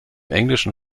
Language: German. englischen